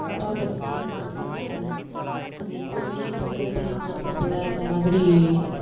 அப்பா பற்றி சொல்லணும் அப்படின்னா அவங்க எப்போவுமே பொம்பளை பிள்ளைங்க ஆம்பளை பிள்ள அந்த மாதிரி